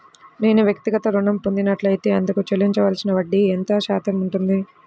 నేను వ్యక్తిగత ఋణం పొందినట్లైతే అందుకు చెల్లించవలసిన వడ్డీ ఎంత శాతం ఉంటుంది?